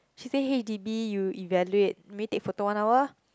she say H_D_B you evaluate maybe take photo one hour